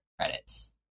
Credits